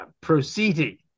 proceeding